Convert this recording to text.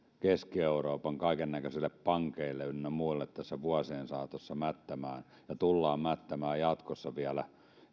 keski euroopan kaikennäköisille pankeille ynnä muille tässä vuosien saatossa mättämään ja tullaan mättämään jatkossa vielä